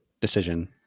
decision